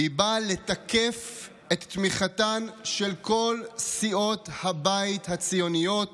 והיא באה לתקף את תמיכתן של כל סיעות הבית הציוניות